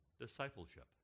discipleship